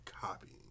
copying